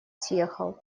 съехал